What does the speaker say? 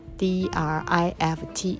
d-r-i-f-t